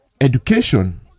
Education